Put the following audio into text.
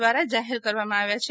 દ્વારા જાહેર કરવામાં આવ્યા છે